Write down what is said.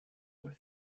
were